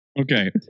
Okay